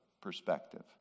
perspective